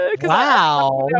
wow